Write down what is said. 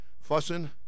fussing